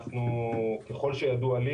ככל שידוע לי,